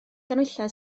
ganhwyllau